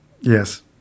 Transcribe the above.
Yes